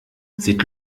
sieht